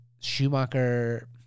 Schumacher